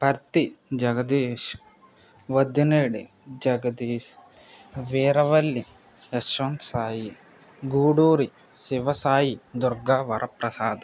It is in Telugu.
పర్తి జగదీష్ వద్దెనెడి జగదీష్ వీరవల్లి యశ్వంత్ సాయి గూడూరి శివ సాయి దుర్గా వరప్రసాద్